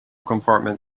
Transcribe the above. compartment